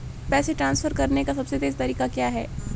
पैसे ट्रांसफर करने का सबसे तेज़ तरीका क्या है?